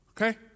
Okay